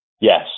Yes